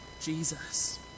Jesus